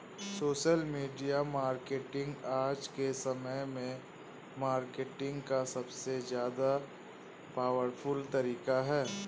social media marketing आज के समय में मार्केटिंग का सबसे ज्यादा पॉवरफुल तरीका है